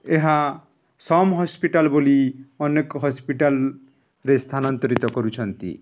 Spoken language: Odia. ଏହା ସମ୍ ହସ୍ପିଟାଲ୍ ବୋଲି ଅନେକ ହସ୍ପିଟାଲ୍ରେ ସ୍ଥାନାନ୍ତରିତ କରୁଛନ୍ତି